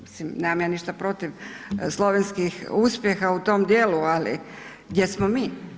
Mislim nemam ja ništa protiv slovenskih uspjeha u tom dijelu, ali gdje smo mi?